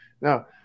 Now